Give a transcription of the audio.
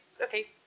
okay